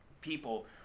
people